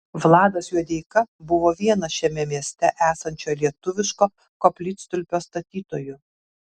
vladas juodeika buvo vienas šiame mieste esančio lietuviško koplytstulpio statytojų